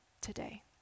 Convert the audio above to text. today